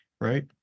right